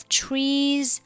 trees